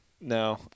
no